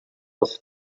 els